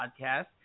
podcast